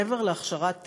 מעבר להכשרה הטכנית,